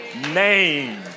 name